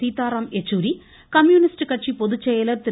Sitaram Yechury communist கட்சி பொதுச்செயலர் திரு